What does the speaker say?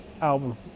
album